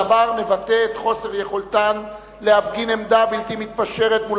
הדבר מבטא את חוסר יכולתן להפגין עמדה בלתי מתפשרת מול